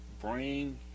Bring